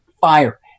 fire